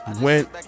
went